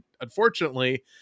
unfortunately